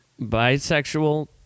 bisexual